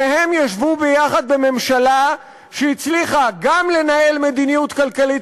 שניהם ישבו ביחד בממשלה שהצליחה גם לנהל מדיניות כלכלית